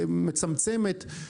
מצמצמת.